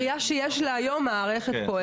עירייה שיש לה היום מערכת פועלת.